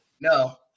no